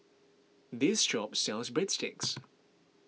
this shop sells Breadsticks